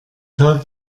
tag